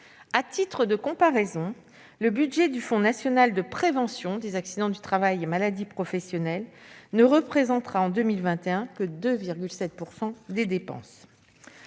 À titre de comparaison, le budget du Fonds national de prévention des accidents du travail et des maladies professionnelles ne représentera, en 2021 que 2,7 % des dépenses.